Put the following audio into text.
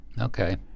Okay